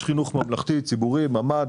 יש חינוך ממלכתי וממ"ד,